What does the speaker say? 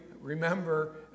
remember